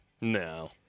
No